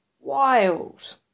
wild